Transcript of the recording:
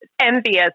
envious